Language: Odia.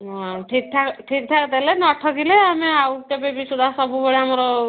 ହଁ ଠିକ୍ଠାକ୍ ଠିକ୍ଠାକ୍ ଦେଲେ ନ ଠକିଲେ ଆମେ ଆଉ କେବେ ବି ସୁଦ୍ଧା ସବୁବେଳେ ଆମର